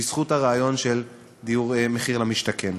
בזכות הרעיון של מחיר למשתכן.